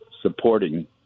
supporting